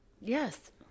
Yes